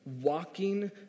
walking